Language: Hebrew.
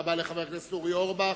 תודה רבה לחבר הכנסת אורי אורבך.